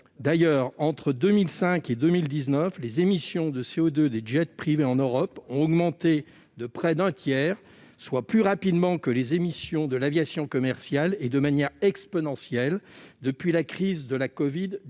D'ailleurs, entre 2005 et 2019, les émissions de CO2 des jets privés en Europe ont augmenté de près d'un tiers, soit plus rapidement que les émissions de l'aviation commerciale, et elles ont encore cru de façon exponentielle depuis la crise de la covid-19.